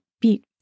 beat